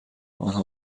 آنها